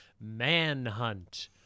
Manhunt